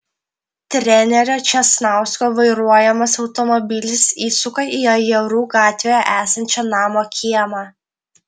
trenerio česnausko vairuojamas automobilis įsuka į ajerų gatvėje esančio namo kiemą